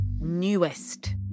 newest